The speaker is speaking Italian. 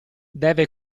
deve